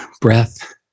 breath